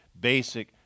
basic